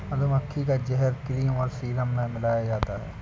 मधुमक्खी का जहर क्रीम और सीरम में मिलाया जाता है